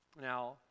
Now